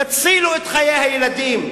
יצילו את חיי הילדים,